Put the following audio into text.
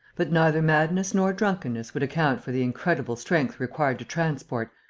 but neither madness nor drunkenness would account for the incredible strength required to transport,